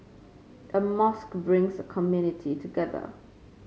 a mosque brings a community together